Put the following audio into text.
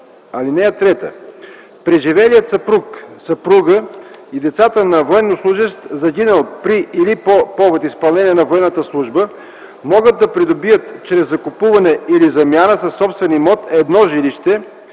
години. (3) Преживелият съпруг, съпруга и децата на военнослужещ, загинал при или по повод изпълнение на военната служба, могат да придобият чрез закупуване или замяна със собствен имот едно жилище,